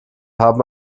haben